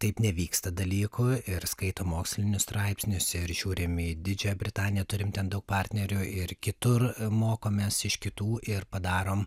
taip nevyksta dalykų ir skaito mokslinius straipsnius ir žiūrim į didžiąją britaniją turim ten daug partnerių ir kitur mokomės iš kitų ir padarom